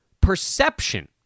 Perception